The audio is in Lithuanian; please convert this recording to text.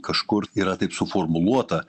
kažkur yra taip suformuluota